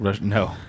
No